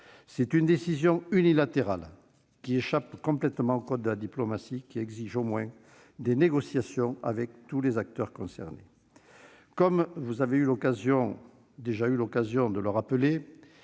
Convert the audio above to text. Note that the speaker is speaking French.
C'est une décision unilatérale échappant complètement aux codes de la diplomatie, qui exigent au moins des négociations avec tous les acteurs concernés. Comme vous avez déjà eu l'occasion de le rappeler,